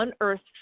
unearthed